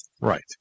Right